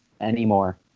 anymore